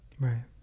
Right